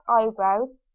eyebrows